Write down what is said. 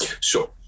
sure